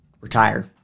Retire